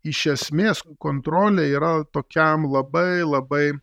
iš esmės kontrolė yra tokiam labai labai